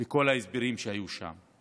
ולכל ההסברים שהיו שם.